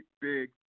big